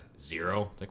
zero